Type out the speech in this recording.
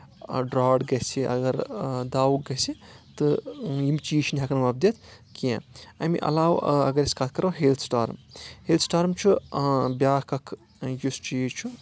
drought گژھِ اگر داوُک گژھِ تہٕ یِم چیٖز چھِنہٕ ہؠکان وۄپدتھ کینٛہہ امہِ علاوٕ اگر أسۍ کتھ کرو ہیل سٔٹارم ہیل سٹارم چھُ بیاکھ اکھ یُس چیٖز چھُ